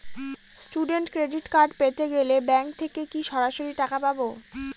Student credit card পেতে গেলে bank থেকে কি সরাসরি টাকা পাবো?